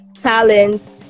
talents